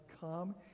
come